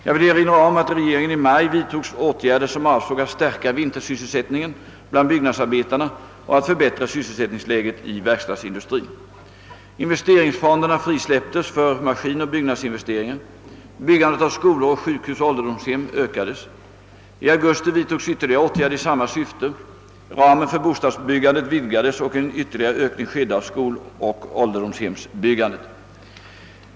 Jag vill erinra om att regeringen i maj vidtog åtgärder som avsåg att stärka vintersysselsättningen bland byggnadsarbetarna och förbättra sysselsättningsläget i :verkstadsindustrin. Investeringsfonderna frisläpptes för maskinoch byggnadsinvesteringar. Byggandet av skolor, sjukhus och ålderdomshem ökades. I augusti vidtogs ytterligare åtgärder i samma syfte. Ramen för bostadsbyggandet vidgades och en ytterligare ökning skedde av skoloch ålderdomshemsbyggandet.